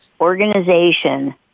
organization